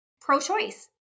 pro-choice